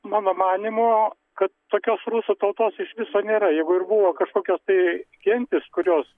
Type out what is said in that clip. mano manymu kad tokios rusų tautos iš viso nėra jeigu ir buvo kažkokios tai gentys kurios